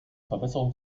verbesserung